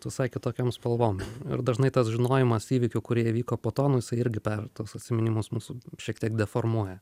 visai kitokiom spalvom ir dažnai tas žinojimas įvykių kurie įvyko po to nu jisai irgi per tuos atsiminimus mūsų šiek tiek deformuoja